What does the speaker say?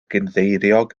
gynddeiriog